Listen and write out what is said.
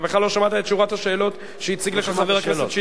אתה בכלל לא שמעת את שורת השאלות שהציג לך חבר הכנסת שטרית.